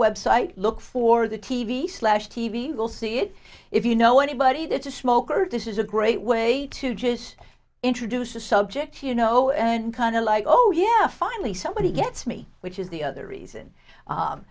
website look for the t v slash t v will see it if you know anybody that's a smoker this is a great way to just introduce a subject you know and kind of like oh yeah finally somebody gets me which is the other reason